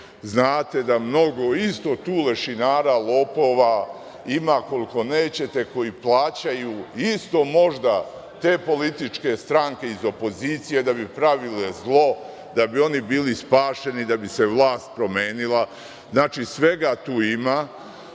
Znate da mnogo ima i tu lešinara, lopova, ima koliko nećete, koji plaćaju možda te političke stranke iz opozicije da bi pravili zlo, da bi oni bili spašeni, da bi se vlast promenila. Svega tu ima.